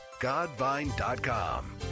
godvine.com